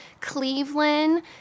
Cleveland